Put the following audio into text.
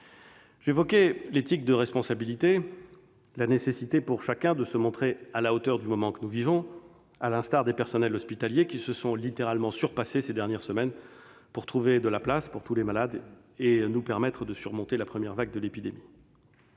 évoqué l'éthique de responsabilité et la nécessité pour chacun de se montrer à la hauteur du moment que nous vivons, à l'instar des personnels hospitaliers, qui se sont littéralement surpassés ces dernières semaines pour trouver de la place pour tous les malades et nous permettre de surmonter la première vague de l'épidémie.